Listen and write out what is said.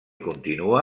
continua